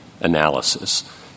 analysis